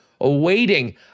awaiting